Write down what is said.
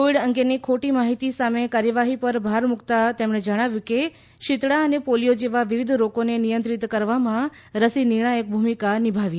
Covid અંગેની ખોટી માહિતી સામે કાર્યવાહી પર ભાર મૂકતાં મંત્રીએ જણાવ્યું કે શીતળા અને પોલિયો જેવા વિવિધ રોગોને નિયંત્રિત કરવામાં રસી નિર્ણાયક ભૂમિકા નિભાવી રહી છે